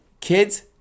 Kids